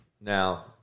Now